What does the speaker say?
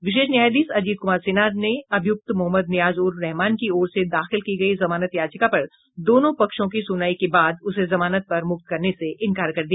विशेष न्यायाधीश अजीत कुमार सिन्हा ने अभ्रियक्त मो नियाज उर रहमान की ओर से दाखिल की गई जमानत याचिका पर दोनों पक्षों की सुनवाई करने के बाद उसे जमानत पर मुक्त करने से इनकार कर दिया